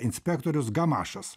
inspektorius gamašas